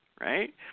right